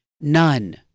None